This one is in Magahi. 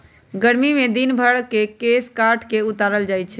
गरमि कें दिन में भेर के केश काट कऽ उतारल जाइ छइ